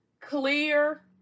clear